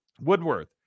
Woodworth